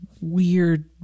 weird